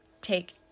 take